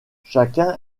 chacun